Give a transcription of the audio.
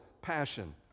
passion